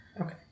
Okay